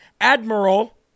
Admiral